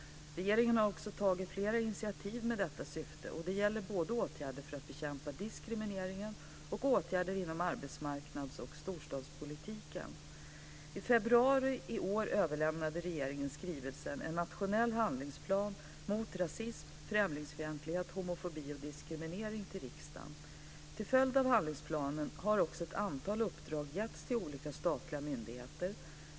Regeringen har också tagit flera initiativ med detta syfte, det gäller både åtgärder för att bekämpa diskrimineringen och åtgärder inom arbetsmarknads och storstadspolitiken. Till följd av handlingsplanen har också ett antal uppdrag getts till olika statliga myndigheter.